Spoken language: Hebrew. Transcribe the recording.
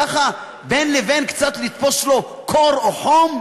ככה, בין לבין קצת לתפוס לו קור או חום,